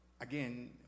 again